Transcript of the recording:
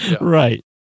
Right